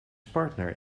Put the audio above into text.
partner